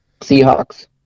Seahawks